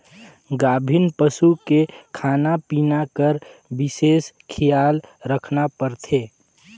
गाभिन पसू के खाना पिना कर बिसेस खियाल रखना परथे